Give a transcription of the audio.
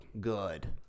Good